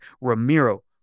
Ramiro